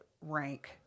rank